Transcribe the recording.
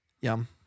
Yum